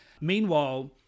Meanwhile